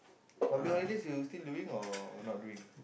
public holidays you still doing or not doing